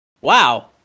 wow